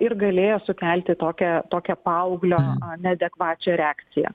ir galėjo sukelti tokią tokią paauglio neadekvačią reakciją